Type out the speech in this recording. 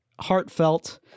heartfelt